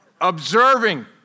observing